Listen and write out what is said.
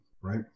right